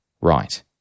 right